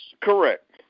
Correct